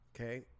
okay